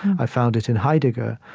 i found it in heidegger.